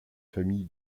famille